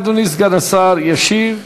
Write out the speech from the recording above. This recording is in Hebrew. אדוני סגן השר ישיב.